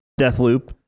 Deathloop